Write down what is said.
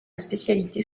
spécialité